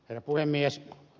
herra puhemies